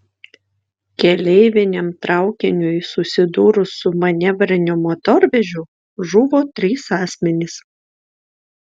keleiviniam traukiniui susidūrus su manevriniu motorvežiu žuvo trys asmenys